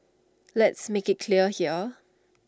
let's make IT clear here